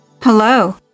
Hello